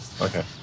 Okay